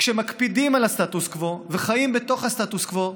כשמקפידים על הסטטוס קוו וחיים בתוך הסטטוס קוו,